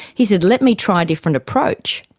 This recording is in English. he said let me try a different approach.